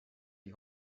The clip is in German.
die